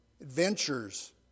adventures